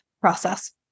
process